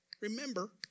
Remember